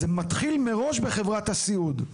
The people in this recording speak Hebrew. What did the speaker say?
זה מתחיל מראש בחברת הסיעוד.